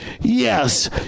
Yes